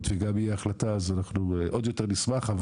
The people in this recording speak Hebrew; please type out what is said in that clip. וגם תהיה החלטה אז אנחנו עוד יותר נשמח,